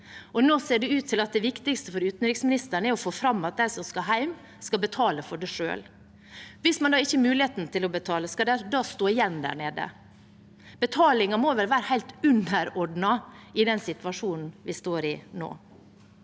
nå ser det ut til at det viktigste for utenriksministeren er å få fram at de som skal hjem, skal betale for det selv. Hvis de ikke har muligheten til å betale, skal de da stå igjen der nede. Betalingen må vel være helt underordnet i den situasjonen vi står i nå.